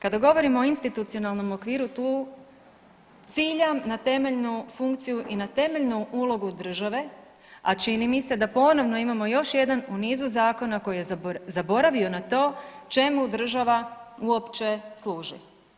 Kada govorimo o institucionalnom okviru tu ciljam na temeljnu funkciju i na temeljnu ulogu države, a čini mi se da ponovno imamo još jedan u nizu zakona koji je zaboravio na to čemu država uopće služi.